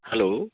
hello